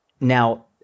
Now